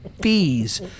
fees